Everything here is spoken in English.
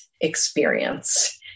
experience